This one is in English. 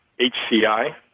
HCI